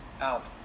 out